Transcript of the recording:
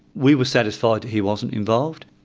we were satisfied he wasn't involved.